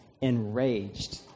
enraged